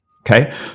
Okay